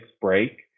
break